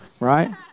Right